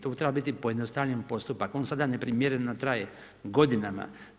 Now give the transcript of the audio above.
To bi trebao biti pojednostavljen postupak, on sada neprimjereno traje godinama.